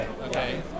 okay